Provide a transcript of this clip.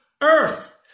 earth